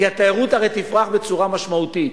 כי הרי התיירות תפרח בצורה משמעותית.